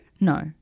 No